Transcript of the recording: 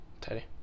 Teddy